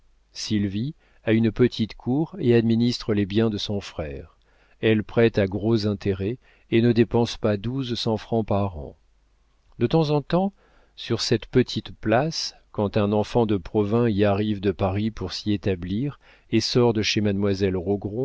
sylvie a une petite cour et administre les biens de son frère elle prête à gros intérêts et ne dépense pas douze cents francs par an de temps en temps sur cette petite place quand un enfant de provins y arrive de paris pour s'y établir et sort de chez